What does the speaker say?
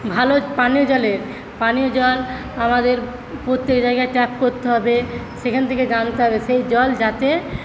ভালো পানীয় জলের পানীয় জল আমাদের প্রত্যেক জায়গায় ট্যাপ করতে হবে সেইখান থেকে জানতে হবে সেই জল যাতে